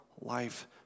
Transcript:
life